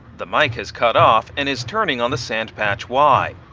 the mike is cut off and is turning on the sand patch wye,